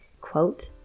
Quote